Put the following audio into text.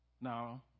Now